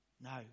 No